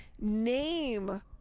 name